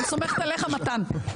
אני סומכת עליך, מתן.